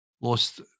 lost